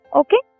okay